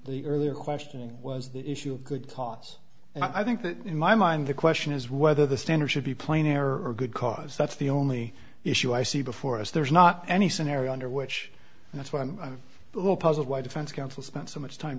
the earlier question was the issue of good cause and i think that in my mind the question is whether the standard should be plain air or good cause that's the only issue i see before us there's not any scenario under which that's why i'm a little puzzled why defense counsel spent so much time